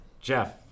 Jeff